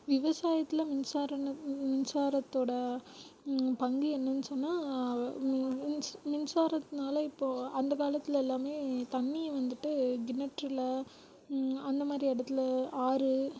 விவசாயத்தில் மின்சாரன்னு மின்சாரத்தோடய பங்கு என்னன்னு சொன்னால் மி மீன்ஸ் மின்சாரத்தினால இப்போது அந்த காலத்தில் எல்லாமே தண்ணீரை வந்துட்டு கிணற்றில் அந்தமாதிரி இடத்துல ஆறு